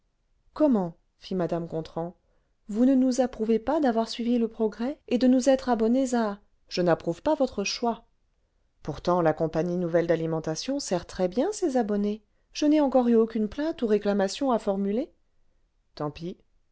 comment fit mmc gontran vous ne nous approuvez pas d'avoir suivi le progrès et de nous être abonnés à je n'approuve pas votre choix pourtant la compagnie nouvelle d'alimentation sert très bien ses abonnés je n'ai encore eu aucune plainte ou réclamation à formuler tant pis